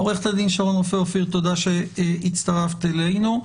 עורכת הדין שרון רופא אופיר, תודה שהצטרפת אלינו.